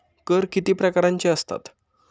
कर किती प्रकारांचे असतात?